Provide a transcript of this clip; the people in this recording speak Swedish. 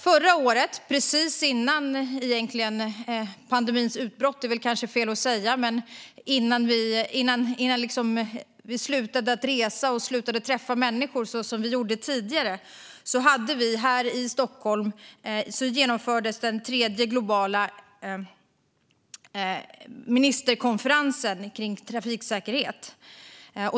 Förra året, precis före pandemins utbrott, vilket kanske är fel att säga, och innan vi slutade resa och träffa människor så som vi gjorde tidigare genomfördes här i Stockholm den tredje globala ministerkonferensen om trafiksäkerhet.